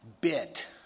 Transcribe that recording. bit